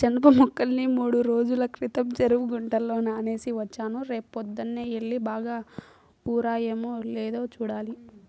జనప మొక్కల్ని మూడ్రోజుల క్రితం చెరువు గుంటలో నానేసి వచ్చాను, రేపొద్దన్నే యెల్లి బాగా ఊరాయో లేదో చూడాలి